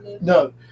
no